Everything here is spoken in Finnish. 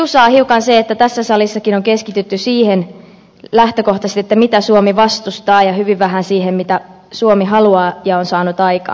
kiusaa hiukan se että tässä salissakin on keskitytty siihen lähtökohtaisesti mitä suomi vastustaa ja hyvin vähän siihen mitä suomi haluaa ja on saanut aikaan